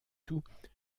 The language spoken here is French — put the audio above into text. tout